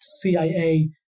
CIA